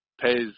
pays